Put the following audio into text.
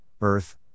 Earth